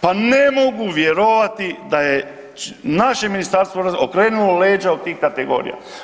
pa ne mogu vjerovati da je naše ministarstvo .../nerazumljivo/... okrenula leđa od tih kategorija.